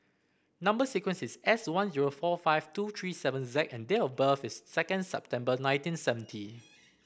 number sequence is S one zero four five two three seven Z and date of birth is second September nineteen seventy